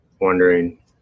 wondering